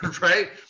right